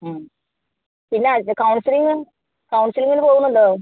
പിന്നെ കൗൺസിലിംഗ് കൗൺസിലിംഗിന് പോവുന്നുണ്ടോ